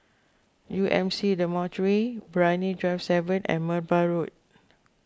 U M C Dormitory Brani Drive seven and Merbau Road